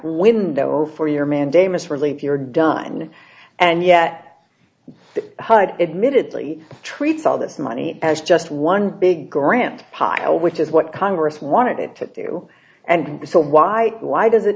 window for your mandamus relief you're done and yet hud admittedly treats all this money as just one big grant pile which is what congress wanted it to do and so why why does it